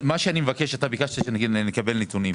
אתה ביקשת שנקבל נתונים.